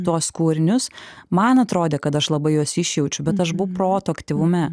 tuos kūrinius man atrodė kad aš labai juos išjaučiu bet aš buvau proto aktyvume